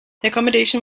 accommodation